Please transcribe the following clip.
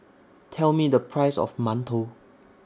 Tell Me The Price of mantou